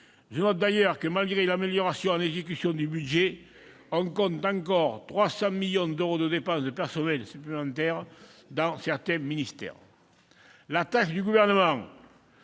Je note d'ailleurs que, malgré l'amélioration, en exécution, du budget, on compte encore 300 millions d'euros de dépenses de personnel supplémentaires dans certains ministères. La tâche du Gouvernement